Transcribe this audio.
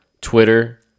Twitter